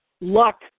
luck